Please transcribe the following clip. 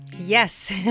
Yes